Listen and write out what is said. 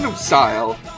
style